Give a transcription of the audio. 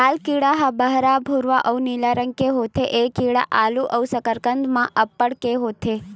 लाल कीरा ह बहरा भूरवा अउ नीला रंग के होथे ए कीरा आलू अउ कसरकंद म अब्बड़ के होथे